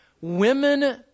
Women